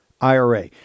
IRA